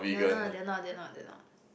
no no they're not they're not they're not